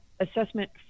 assessment